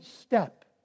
step